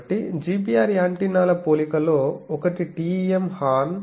కాబట్టి GPR యాంటెన్నాల పోలికలో ఒకటి TEM హార్న్